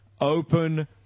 Open